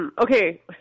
Okay